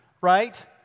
right